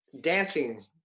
dancing